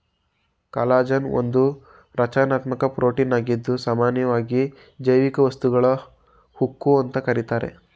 collagen ಒಂದು ರಚನಾತ್ಮಕ ಪ್ರೋಟೀನಾಗಿದ್ದು ಸಾಮನ್ಯವಾಗಿ ಜೈವಿಕ ವಸ್ತುಗಳ ಉಕ್ಕು ಅಂತ ಕರೀತಾರೆ